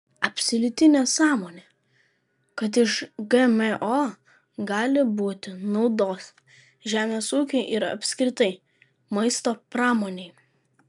absoliuti nesąmonė kad iš gmo gali būti naudos žemės ūkiui ir apskritai maisto pramonei